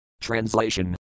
Translation